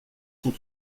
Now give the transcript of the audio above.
sont